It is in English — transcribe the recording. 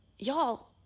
y'all